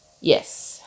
yes